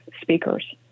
speakers